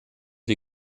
die